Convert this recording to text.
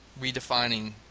redefining